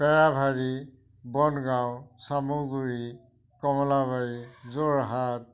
Perabhari Bongaon Samaguri Kamalabari Jorhat